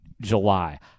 July